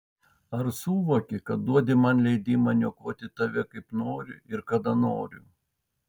ar suvoki kad duodi man leidimą niokoti tave kaip noriu ir kada noriu